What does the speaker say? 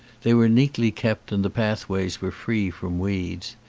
they were neatly kept and the pathways were free from weeds.